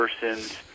person's